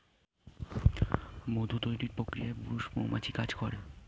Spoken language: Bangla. মধু তৈরির প্রক্রিয়ায় পুরুষ মৌমাছি কাজ করে